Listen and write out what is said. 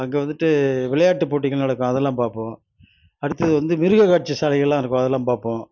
அங்கே வந்துட்டு விளையாட்டுப் போட்டிகள் நடக்கும் அதெல்லாம் பார்ப்போம் அடுத்தது வந்து மிருகக் காட்சி சாலைகளெலாம் இருக்கும் அதெல்லாம் பார்ப்போம்